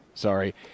Sorry